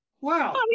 wow